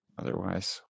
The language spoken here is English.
otherwise